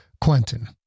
Quentin